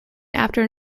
after